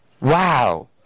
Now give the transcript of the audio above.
wow